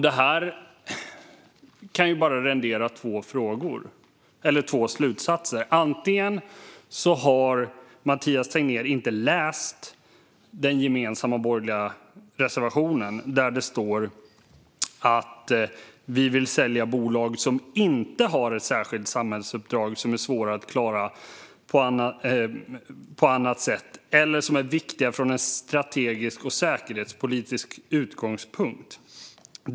Detta kan bara rendera två slutsatser. Den ena är att Mathias Tegnér inte har läst den gemensamma borgerliga reservationen, där det står att vi vill sälja bolag som inte har ett särskilt samhällsuppdrag som är svårt att klara på annat sätt eller inte är viktiga från en strategisk och säkerhetspolitisk utgångspunkt.